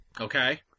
Okay